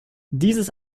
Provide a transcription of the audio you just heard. dieses